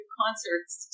concerts